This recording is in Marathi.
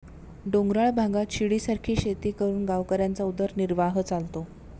डोंगराळ भागात शिडीसारखी शेती करून गावकऱ्यांचा उदरनिर्वाह चालतो